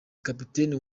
kapiteni